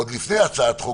עוד לפני הצעת חוק.